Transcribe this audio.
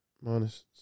Minus